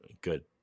good